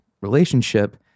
relationship